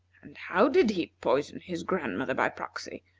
and how did he poison his grandmother by proxy?